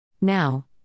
Now